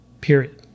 Period